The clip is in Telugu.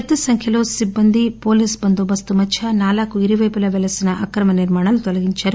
పెద్ద సంఖ్యలో సిబ్బంది పోలీసు బందోబస్తు మధ్య నాలకు యిరువైపులా వెలసిన అక్రమ నిర్మాణాలు తొలగించారు